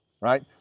right